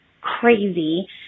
crazy